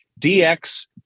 dx